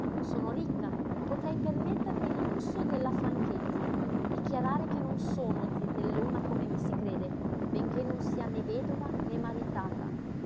sono ricca potrei permettermi il lusso della franchezza dichiarare che non sono zitellona come mi si crede benché non sia né vedova né maritata